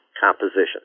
composition